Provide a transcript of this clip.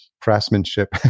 craftsmanship